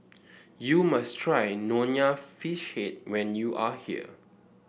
you must try Nonya Fish Head when you are here